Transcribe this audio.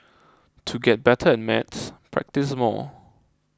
to get better at maths practise more